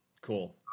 cool